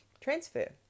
transfer